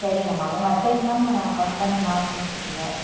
சரிங்க மேம் உங்கள் address ma'am நான் கம்பன் நார்த்துனு சொன்னீங்க